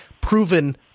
proven